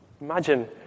Imagine